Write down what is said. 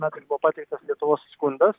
metais buvo pateiktas lietuvos skundas